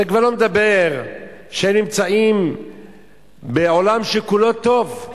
אז אני כבר לא מדבר על כך שהם נמצאים בעולם שכולו טוב.